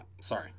Sorry